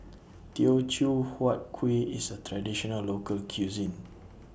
Teochew Huat Kuih IS A Traditional Local Cuisine